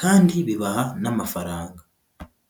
kandi bibaha n'amafaranga.